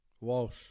Walsh